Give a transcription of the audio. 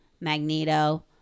Magneto